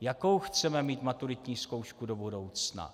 jakou chceme mít maturitní zkoušku do budoucna.